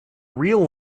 real